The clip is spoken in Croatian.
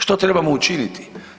Što trebamo učiniti?